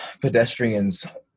pedestrians